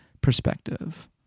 perspective